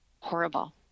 horrible